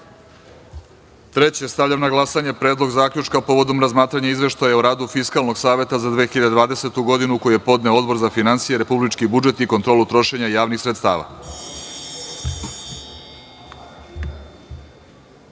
reda. Stavljam na glasanje Predlog zaključka povodom razmatranja Izveštaja o radu Fiskalnog saveta za 2020. godinu, koji je podneo Odbor za finansije, republički budžet i kontrolu trošenja javnih sredstava. Molim